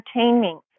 entertaining